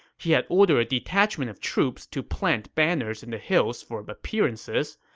he had ordered a detachment of troops to plant banners in the hills for appearances,